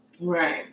Right